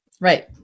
Right